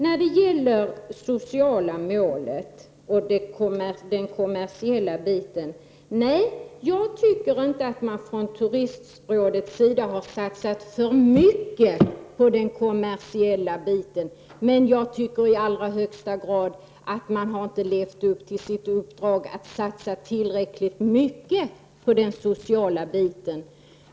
När det gäller det sociala målet och den kommersiella inriktningen tycker jag inte att man från turistrådets sida har satsat för mycket på den kommersiella delen, men jag tycker i allra högsta grad att man inte har satsat tillräckligt mycket på den sociala delen.